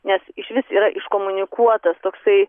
nes išvis yra iškomunikuotas toksai